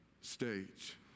stage